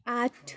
আট